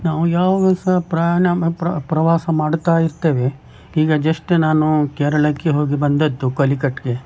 ನಾವು ಯಾವಾಗು ಸಹ ಪ್ರಯಾಣ ಮ ಪ್ರವಾಸ ಮಾಡುತ್ತಾ ಇರ್ತೇವೆ ಈಗ ಜಶ್ಟ್ ನಾನು ಕೇರಳಕ್ಕೆ ಹೋಗಿ ಬಂದದ್ದು ಕಲಿಕಟ್ಗೆ